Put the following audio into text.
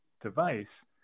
device